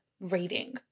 reading